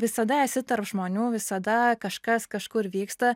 visada esi tarp žmonių visada kažkas kažkur vyksta